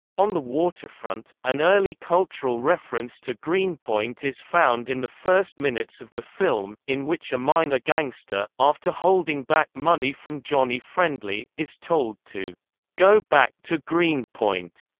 on the waterfront an early cultural reference to greenpoint is found in the first minutes of the film, in which a minor gangster, after holding back money from johnny friendly, is told to go back to greenpoint.